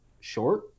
short